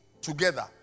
together